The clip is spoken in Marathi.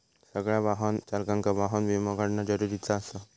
सगळ्या वाहन चालकांका वाहन विमो काढणा जरुरीचा आसा